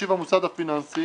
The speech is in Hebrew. ישיב המוסד הפיננסי